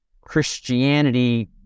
Christianity